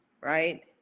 right